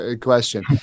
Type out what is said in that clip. question